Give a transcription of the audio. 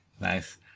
Nice